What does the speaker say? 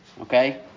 okay